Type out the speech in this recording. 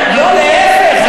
להפך,